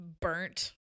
burnt